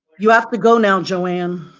you have to go now joanne.